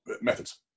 methods